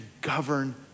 govern